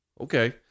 Okay